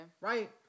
Right